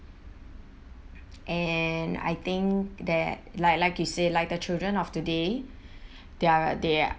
and I think that like like you say like the children of today they're they